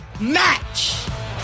Match